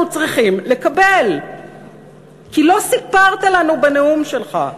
צריכים לקבל כי לא סיפרת לנו בנאום שלך.